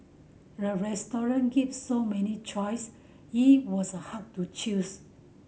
the restaurant gave so many choice it was hard to choose